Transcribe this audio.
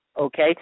Okay